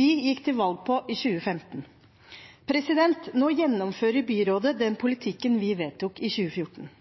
vi gikk til valg på i 2015. Nå gjennomfører byrådet den